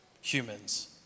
humans